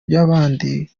by’abandi